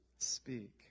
speak